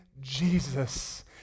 Jesus